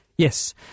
Yes